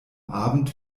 abend